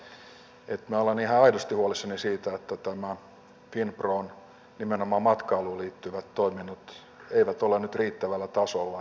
minä olen ihan aidosti huolissani siitä että finpron nimenomaan matkailuun liittyvät toiminnot eivät ole nyt riittävällä tasolla